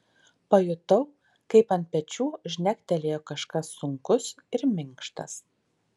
pajutau kaip ant pečių žnektelėjo kažkas sunkus ir minkštas